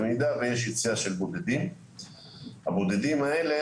במידה שיש יציאה של בודדים הבודדים האלה